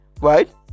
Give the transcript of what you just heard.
right